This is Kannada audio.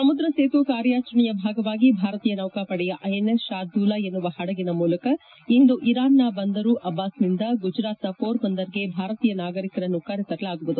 ಸಮುದ್ರ ಸೇತು ಕಾರ್ಯಾಚರಣೆಯ ಭಾಗವಾಗಿ ಭಾರತೀಯ ನೌಕಾಪಡೆಯ ಐಎನ್ಎಸ್ ಶಾರ್ದೂಲ ಎನ್ನುವ ಹಡಗಿನ ಮೂಲಕ ಇಂದು ಇರಾನ್ನ ಬಂದರ್ ಅಬ್ಬಾಸ್ ನಿಂದ ಗುಜರಾತ್ನ ಪೋರ್ ಬಂದರ್ಗೆ ಭಾರತೀಯ ನಾಗರಿಕರನ್ನು ಕರೆತರಲಾಗುವುದು